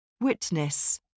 Witness